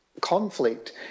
conflict